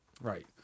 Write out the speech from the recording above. Right